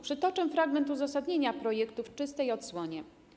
Przytoczę fragment uzasadnienia projektu w czystej odsłonie: